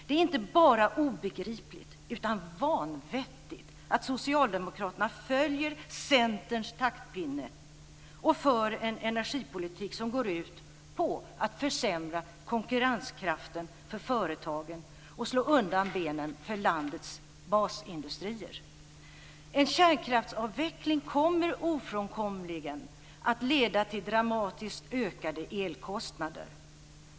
Det är inte bara obegripligt utan vanvettigt att Socialdemokraterna följer Centerns taktpinne och för en energipolitik som går ut på att försämra konkurrenskraften för företagen och slå undan benen för landets basindustrier. En kärnkraftsavveckling kommer ofrånkomligen att leda till dramatiskt ökade elkostnader.